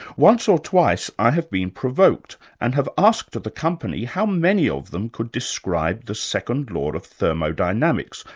once or twice i have been provoked and have asked of the company how many of them could describe the second law of thermodynamics,